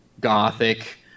gothic